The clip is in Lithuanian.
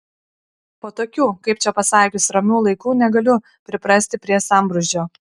po tokių kaip čia pasakius ramių laikų negaliu priprasti prie sambrūzdžio